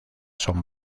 son